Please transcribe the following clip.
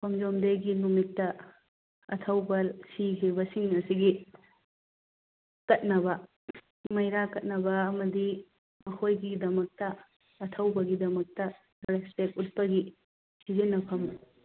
ꯈꯣꯡꯖꯣꯝ ꯗꯦꯒꯤ ꯅꯨꯃꯤꯠꯇ ꯑꯊꯧꯕ ꯁꯤꯈꯤꯕꯁꯤꯡ ꯑꯁꯤꯒꯤ ꯀꯠꯅꯕ ꯃꯩꯔꯥ ꯀꯠꯅꯕ ꯑꯃꯗꯤ ꯃꯈꯣꯏꯒꯤꯗꯃꯛꯇ ꯑꯊꯧꯕꯒꯤꯗꯃꯛꯇ ꯔꯦꯁꯄꯦꯛ ꯎꯠꯄꯒꯤ ꯁꯤꯖꯤꯟꯅꯐꯝ